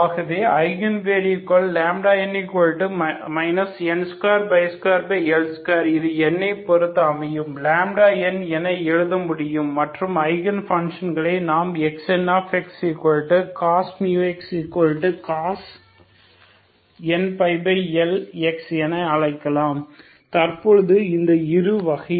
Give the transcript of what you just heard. ஆகவே ஐகன் வேலுக்கள் n n22L2 இது n ஐ பொருத்து அமையும் n என எழுத முடியும் மற்றும் ஐகன் பன்ஷன்களை நாம் Xnxcos μx cos nπLx என அழைக்கலாம் தற்பொழுது இந்த இரு வகையிலும் n123